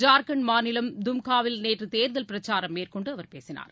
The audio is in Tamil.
ஜார்க்கண்ட் மாநிலம் தும்காவில் நேற்றுதேர்தல் பிரச்சாரம் மேற்கொண்டுஅவர் பேசினார்